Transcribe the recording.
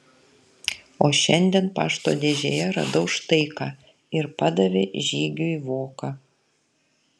o šiandien pašto dėžėje radau štai ką ir padavė žygiui voką